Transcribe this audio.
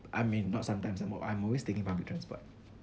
I mean not sometimes I'm I'm always taking public transport